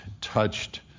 touched